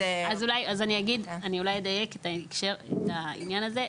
אז אני אולי אדייק את העניין הזה.